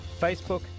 Facebook